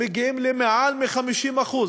מגיעים ליותר מ-50%,